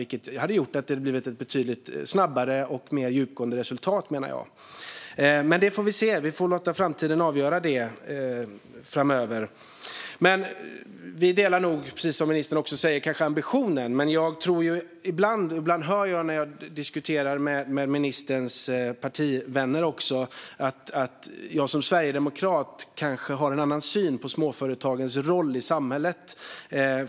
Det hade gjort att det hade blivit ett betydligt snabbare och djupgående resultat. Vi får se hur det går. Vi får låta framtiden avgöra det. Vi delar kanske, precis som ministern säger, ambitionen. När jag diskuterar med ministerns partivänner hör jag ibland att jag som sverigedemokrat kanske har en annan syn på småföretagens roll i samhället.